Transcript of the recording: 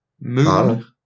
Moon